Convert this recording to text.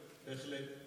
בהחלט,